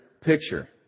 picture